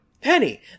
Penny